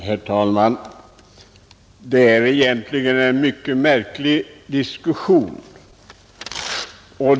Herr talman! Det här är egentligen en mycket märklig diskussion.